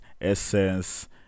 essence